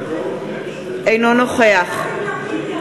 אינו נוכח טלב,